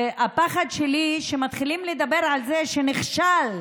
הפחד שלי הוא שמתחילים לדבר על זה שזה נכשל,